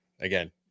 again